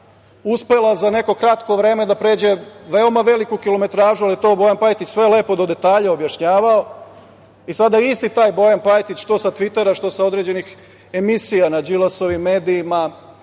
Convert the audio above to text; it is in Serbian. uspela za neko kratko vreme da pređe veoma veliku kilomtražu, ali je to Bojan Pajtić sve lepo do detalja objašnjavao. Sada isti taj Bojan Pajtić, što sa tvitera, što sa određenih emisija na Đilasovim medijima,